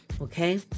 Okay